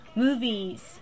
movies